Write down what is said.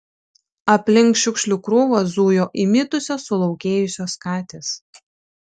aplink šiukšlių krūvą zujo įmitusios sulaukėjusios katės